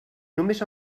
només